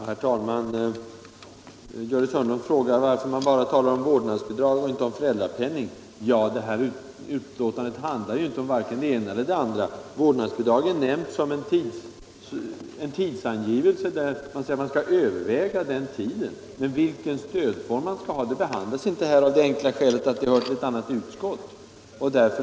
Herr talman! Gördis Hörnlund frågar varför man bara talar om vårdnadsbidrag och inte om föräldrapenning. Men betänkandet handlar ju inte om vare sig det ena eller det andra. Vårdnadsbidraget är nämnt i samband med en tidsangivelse, dvs. man skall överväga den tid som stöd skall utgå, men frågan om vilken stödform som skall väljas behandlas inte, av det enkla skälet att den hör till ett annat utskott.